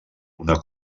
una